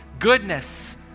goodness